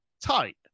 tight